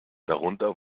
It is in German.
darunter